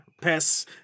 pests